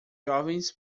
jovens